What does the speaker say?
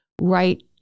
right